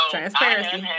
Transparency